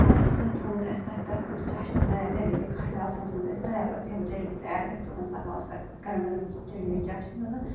سایڈَس چھِ آسان تھوٚومُت اَسہِ تۄہہِ تَتھ خٲطرٕ چاشنی تیار یعنی کہِ کھَنٛڈٕ آب چھِ آسان تھوٚمُت اَسہِ تیار پَتہٕ یُتھُے ہَپٲرۍ جَلیبی تیار گژھِ تُلان چھِ لگاوان چھِ تَتھ گَرم گرم جلیبی چاشنی منٛز